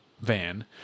van